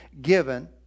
given